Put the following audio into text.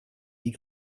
die